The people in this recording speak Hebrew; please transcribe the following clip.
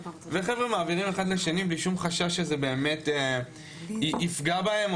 וחבר'ה מעבירים אחד לשני בלי שום חשש שזה באמת יפגע בהם,